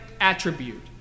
attribute